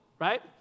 right